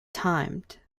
timed